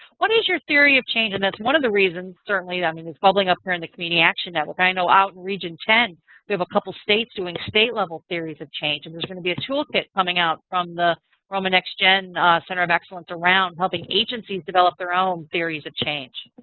what is your theory of change? and that's one of the reasons certainly, i mean it's bubbling up here in the community action network. i know out in region ten they have a couple states doing state level theories of change. and there's going to be a toolkit coming out from the roma next gen center of excellence around helping agencies develop their own theories of change.